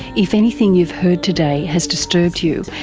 if anything you've heard today has disturbed you,